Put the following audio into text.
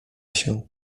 się